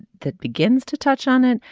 that begins to touch on it.